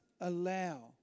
allow